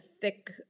thick